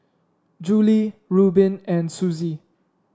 Julie Rubin and Suzy